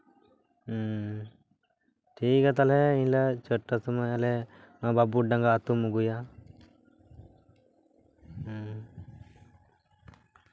ᱦᱩᱸᱻ ᱴᱷᱤᱠ ᱜᱮᱭᱟ ᱛᱟᱦᱞᱮ ᱮᱱ ᱦᱤᱞᱟᱹᱜ ᱪᱟᱴᱴᱟ ᱥᱚᱢᱚᱭ ᱟᱞᱮ ᱵᱟᱹᱵᱩᱴ ᱰᱟᱸᱜᱟ ᱟᱛᱩᱢ ᱟᱜᱩᱭᱟ ᱦᱩᱸ